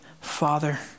father